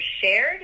shared